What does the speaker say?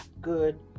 good